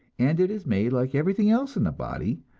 and it is made, like everything else in the body,